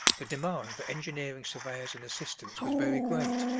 the demand for engineering surveyors and assistants was very great.